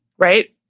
right,